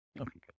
Okay